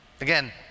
Again